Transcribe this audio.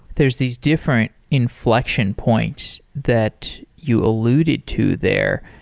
there's these different inflection points that you alluded to there.